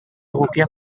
egokiak